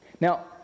Now